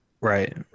right